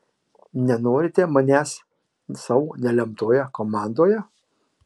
nenorite manęs savo nelemtoje komandoje